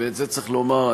ואת זה צריך לומר,